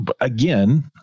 again